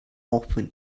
often